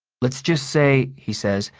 let's just say, he says,